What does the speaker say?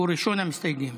הוא ראשון המסתייגים.